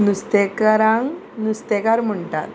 नुस्तेकारांक नुस्तेकार म्हणटात